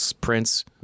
prince